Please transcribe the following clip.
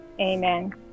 amen